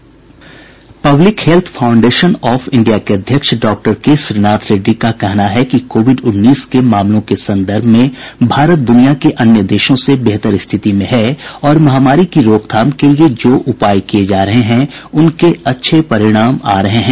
sound bite public health foundation of India के अध्यक्ष डॉ के श्रीनाथ रेड्डी का कहना है कि कोविड उन्नीस के मामलों के संदर्भ में भारत द्रनिया के अन्य देशों से बेहतर स्थिति में है और महामारी की रोकथाम के लिए जो उपाय किए जा रहे हैं उनके अच्छे परिणाम आ रहे हैं